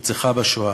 נרצחה בשואה,